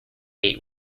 ate